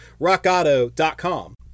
rockauto.com